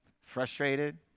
frustrated